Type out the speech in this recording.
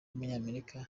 w’umunyamerika